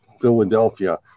Philadelphia